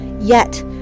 Yet